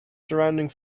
surrounding